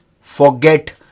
forget